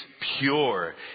pure